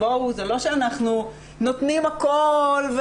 זה לא שאנחנו נותנים הכול.